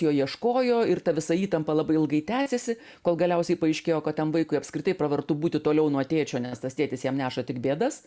jo ieškojo ir ta visa įtampa labai ilgai tęsėsi kol galiausiai paaiškėjo kad tam vaikui apskritai pravartu būti toliau nuo tėčio nes tas tėtis jam neša tik bėdas